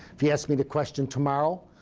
if you asked me the question tomorrow,